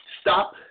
Stop